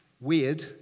Weird